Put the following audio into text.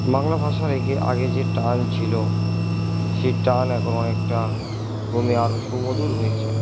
বাংলা ভাষায় এগে আগে যে টান ছিল সে টান এখন অনেকটা কমে আরও সুমধুর হয়েছে